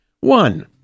One